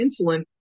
insulin